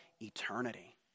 eternity